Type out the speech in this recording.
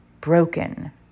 broken